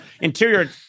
Interior